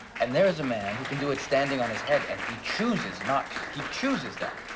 and there is a man, who can do it standing on his head, and he chooses not to. he chooses that.